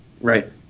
Right